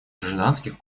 гражданских